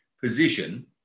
position